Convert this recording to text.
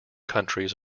countries